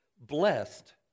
blessed